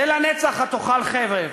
זה "לנצח תאכל חרב".